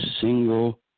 single